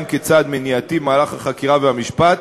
הן כצעד מניעתי במהלך החקירה והמשפט